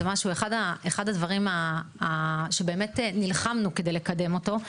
זה אחד הדברים שבאמת נלחמנו כדי לקדם אותו,